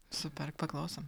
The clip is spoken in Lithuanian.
super paklausom